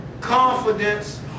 confidence